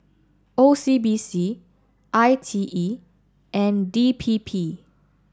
O C B C I T E and D P P